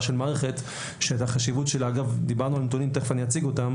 של מערכת שעל החשיבות שלה - דיברנו על נתונים שתכף אני אציג אותם